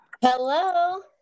Hello